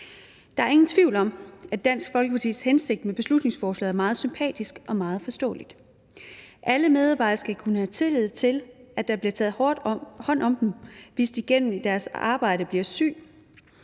Der er ingen tvivl om, at Dansk Folkepartis hensigt med beslutningsforslaget er meget sympatisk og meget forståeligt. Alle medarbejdere skal kunne have tillid til, at der bliver taget hånd om dem, hvis de gennem deres arbejde bliver syge.